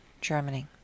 germany